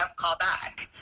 up, call back.